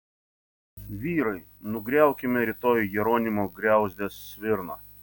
vyrai nugriaukime rytoj jeronimo griauzdės svirną